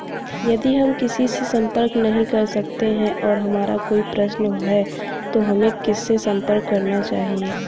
यदि हम किसी से संपर्क नहीं कर सकते हैं और हमारा कोई प्रश्न है तो हमें किससे संपर्क करना चाहिए?